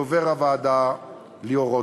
לדובר הוועדה ליאור רותם.